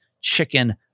Chicken